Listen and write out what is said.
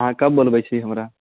अहाँ कब बोलबैत छी हमरा